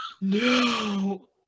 No